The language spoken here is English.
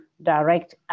direct